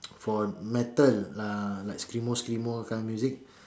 for metal uh like screamo screamo kind of music